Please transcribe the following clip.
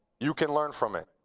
you can learn from it.